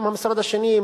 המשרד השני,